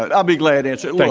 but i'll be glad and so like